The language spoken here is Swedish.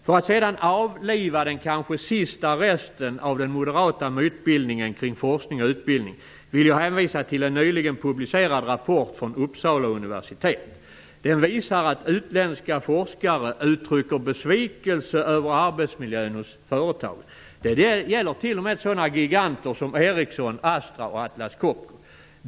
För att sedan avliva den kanske sista resten av den moderata mytbildningen kring forskning och utbildning vill jag hänvisa till en nyligen publicerad rapport från Uppsala universitet. Den visar att utländska forskare uttrycker besvikelse över arbetsmiljön hos företag, t.o.m. hos sådana giganter som Ericsson, Astra och Atlas Copco.